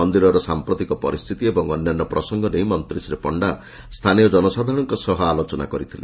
ମନ୍ଦିରର ସାମ୍ରତିକ ପରିସ୍ଥିତି ଏବଂ ଅନ୍ୟାନ୍ୟ ପ୍ରସଙ୍ଗ ନେଇ ମନ୍ତୀ ଶ୍ରୀ ପଣ୍ଡା ସ୍ସାନୀୟ ଜନସାଧାରଶଙ୍କ ସହ ଆଲୋଚନା ମଧ୍ଧ କରିଥିଲେ